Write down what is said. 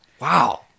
Wow